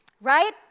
right